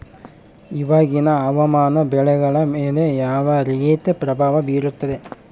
ಇವಾಗಿನ ಹವಾಮಾನ ಬೆಳೆಗಳ ಮೇಲೆ ಯಾವ ರೇತಿ ಪ್ರಭಾವ ಬೇರುತ್ತದೆ?